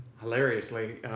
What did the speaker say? hilariously